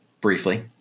Briefly